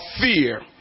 fear